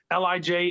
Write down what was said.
LIJ